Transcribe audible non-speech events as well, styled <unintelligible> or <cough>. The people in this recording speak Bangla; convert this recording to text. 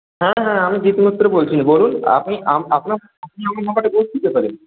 হ্যাঁ হ্যাঁ আমি জিৎ মিত্র বলছি বলুন আপনি আপনার <unintelligible>